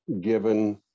given